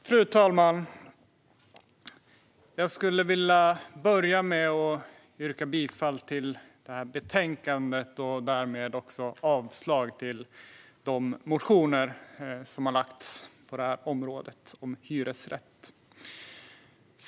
Fru talman! Jag skulle vilja börja med att yrka bifall till utskottets förslag och därmed avslag på de motioner som har väckts på det här området, om hyresrätt.